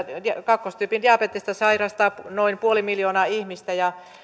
kakkostyypin diabetesta sairastaa noin puoli miljoonaa ihmistä ja